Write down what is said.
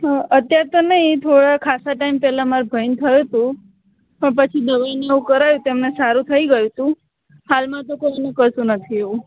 હં અત્યારે તો નહીં થોડા ખાસા ટાઇમ પહેલાં મારા ભાઈને થયું તું પણ પછી દવાઈ ને એ કરાવ્યું તો એમને સારું થઈ ગયું તું હાલમાં તો કોઈ ને કશું નથી એવું